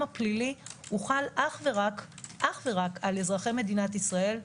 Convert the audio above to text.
הפלילי חל אך ורק על אזרחי מדינת ישראל,